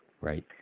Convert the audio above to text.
Right